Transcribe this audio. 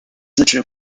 自治